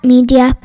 Media